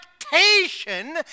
expectation